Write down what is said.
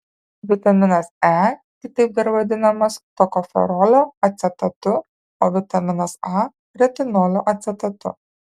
vitaminas e kitaip dar vadinamas tokoferolio acetatu o vitaminas a retinolio acetatu